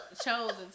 chosen